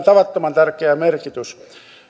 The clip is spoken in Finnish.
tavattoman tärkeä merkitys